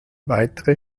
weitere